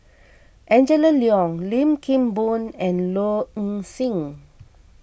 Angela Liong Lim Kim Boon and Low Ing Sing